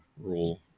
rule